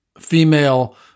Female